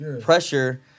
pressure